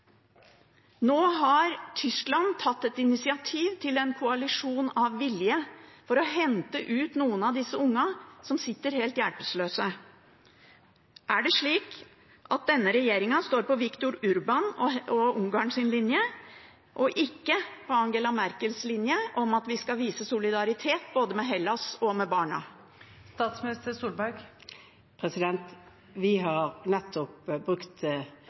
Nå har Tyskland tatt et initiativ til en koalisjon av villige for å hente ut noen av disse ungene som sitter der helt hjelpeløse. Er det slik at denne regjeringen står på Viktor Orbán og Ungarns linje og ikke på Angela Merkels linje om at vi skal vise solidaritet både med Hellas og med barna? Vi har nettopp avklart at vi har brukt